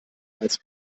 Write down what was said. als